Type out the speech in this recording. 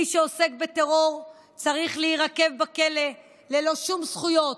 מי שעוסק בטרור צריך להירקב בכלא ללא שום זכויות,